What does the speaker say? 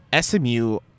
SMU